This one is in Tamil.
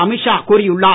அமித் ஷா கூறியுள்ளார்